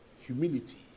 Humility